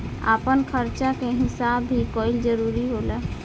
आपन खर्चा के हिसाब भी कईल जरूरी होला